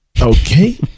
Okay